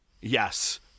Yes